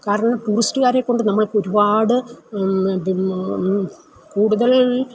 കാരണം ടൂറിസ്റ്റ്കാരെ കൊണ്ട് നമ്മൾക്ക് ഒരുപാട് പിന്നെ കൂടുതൽ